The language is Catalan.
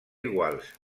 iguals